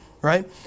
right